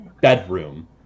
bedroom